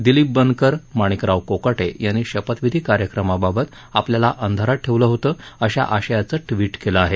दिलीप बनकर माणिकराव कोकाटे यांनी शपथविधी कार्यक्रमाबाबत आपल्याला अंधारात ठेवलं होतं अशा आशयाचं ट्विट केलं आहे